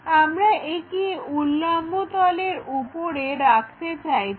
আমরা একে উল্লম্ব তলের উপরে রাখতে চাইছি